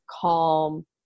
calm